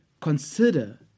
Consider